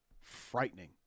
frightening